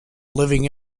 living